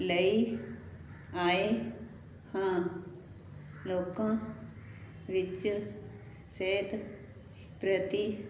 ਲਈ ਆਏ ਹਾਂ ਲੋਕਾਂ ਵਿੱਚ ਸਿਹਤ ਪ੍ਰਤੀ